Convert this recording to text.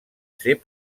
ses